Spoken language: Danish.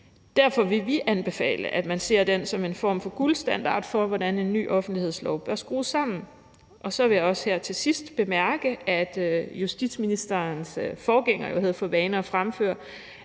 Derfor vil vi anbefale, at man ser den som en form for guldstandard for, hvordan en ny offentlighedslov bør skrues sammen. Så vil jeg her til sidst bemærke, at justitsministerens forgænger havde for vane at fremføre,